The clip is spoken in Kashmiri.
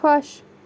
خۄش